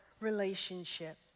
relationship